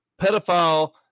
pedophile